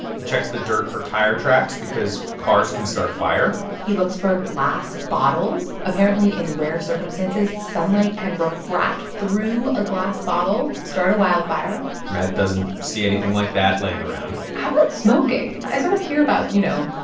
he checks the dirt for tire tracks because cars can start a fire he looks for glass bottles. apparently, in rare circumstances, sunlight can refract through a glass bottle start a wildfire matt doesn't see anything like that laying around how about smoking? i sort of hear about, you know,